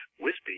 wispy